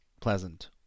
pleasant